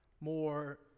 more